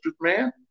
man